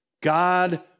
God